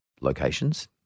locations